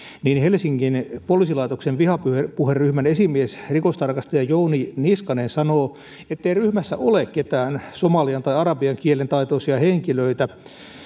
niin helsingin poliisilaitoksen vihapuheryhmän esimies rikostarkastaja jouni niskanen sanoi ettei ryhmässä ole ketään somalian tai arabian kielen taitoisia henkilöitä